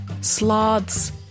sloths